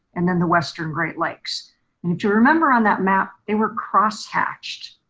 and then the western great lakes. you need to remember on that map, they were cross hatched.